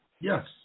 Yes